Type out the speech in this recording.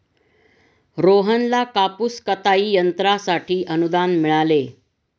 रोहनला कापूस कताई यंत्रासाठी अनुदान मिळाले